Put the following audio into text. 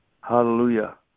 Hallelujah